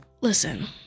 Listen